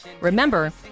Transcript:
Remember